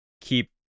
keep